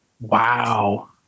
Wow